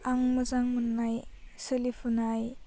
आं मोजां मोन्नाय सोलिफुनाय